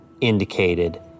indicated